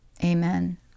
Amen